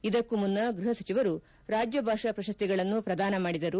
ಇದಕ್ಕೂ ಮುನ್ನ ಗೃಹ ಸಚಿವರು ರಾಜಭಾಷಾ ಪ್ರಶಸ್ತಿಗಳನ್ನು ಪ್ರದಾನ ಮಾಡಿದರು